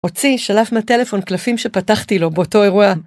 הוציא- שלף מהטלפון קלפים שפתחתי לו באותו אירוע,